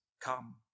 come